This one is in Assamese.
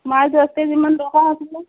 মাছ দহ কেজি মান দৰকাৰ হৈছিলে